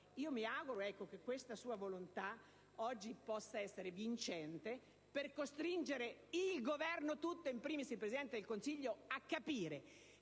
Mi auguro che questa sua volontà oggi possa essere vincente, per costringere il Governo tutto e, *in primis*, il Presidente del Consiglio a capire